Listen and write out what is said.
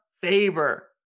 Faber